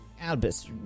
Albus